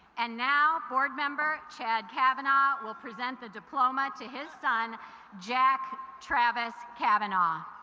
and now board member chad cavanaugh will present the diploma to his son jack travis cavanaugh